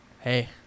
Hey